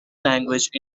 language